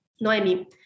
Noemi